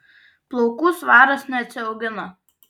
plaukų svaras neatsiaugino